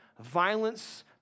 violence